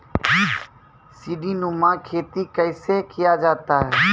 सीडीनुमा खेती कैसे किया जाय?